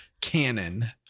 Canon